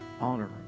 honor